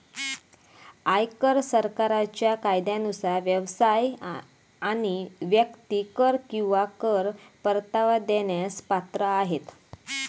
आयकर सरकारच्या कायद्यानुसार व्यवसाय आणि व्यक्ती कर किंवा कर परतावा देण्यास पात्र आहेत